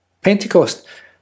Pentecost